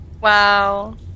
Wow